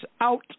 out